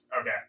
Okay